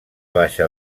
baixa